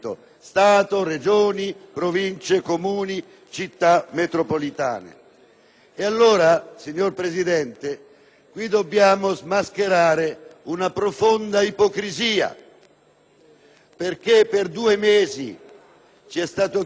Pertanto, signor Presidente, dobbiamo smascherare una profonda ipocrisia, perché per due mesi ci è stata chiesta in Commissione la disponibilità dei dati e delle simulazioni.